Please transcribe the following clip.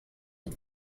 mit